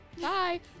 Bye